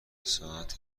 ساعت